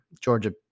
Georgia